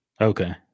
Okay